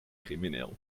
crimineel